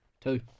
Two